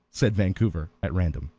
said vancouver at random.